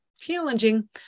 challenging